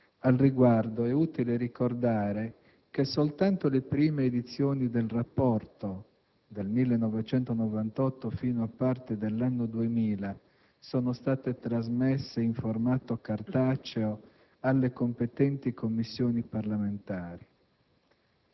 Al riguardo è utile ricordare che soltanto le prime edizioni del rapporto, dal 1998 fino a parte dell'anno 2000, sono state trasmesse in formato cartaceo alle competenti Commissioni parlamentari.